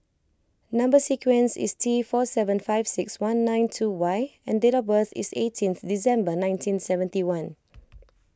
Number Sequence is T four seven five six one nine two Y and date of birth is eighteenth December nineteen seventy one